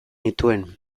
nituen